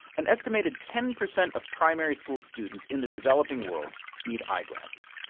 an estimated ten percent of primary school students in the developing world need eyeglasses.